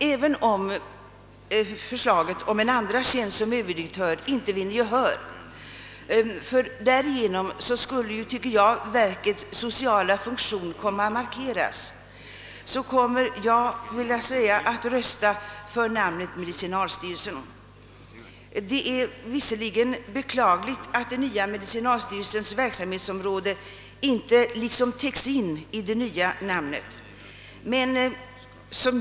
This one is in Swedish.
Även om förslaget om en andra tjänst som överdirektör inte vinner gehör — vilket enligt min mening skulle markera verkets sociala funktion — kommer jag att rösta för namnet medicinalstyrelsen. Det är visserligen beklagligt att den nya medicinalstyrelsens verksamhetsområde inte täcks in av det nya namnet.